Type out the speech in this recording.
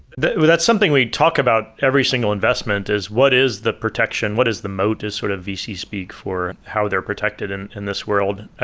that's something we talk about every single investment is what is the protection, what is the moat as sort of vc speak for how they're protected and in this world?